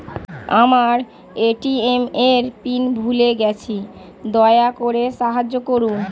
আমার এ.টি.এম এর পিন ভুলে গেছি, দয়া করে সাহায্য করুন